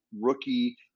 rookie